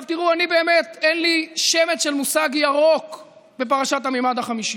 באמת, אין לי שמץ של מושג ירוק בפרשת הממד החמישי.